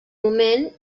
moment